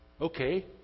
Okay